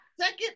Second